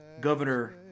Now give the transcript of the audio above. Governor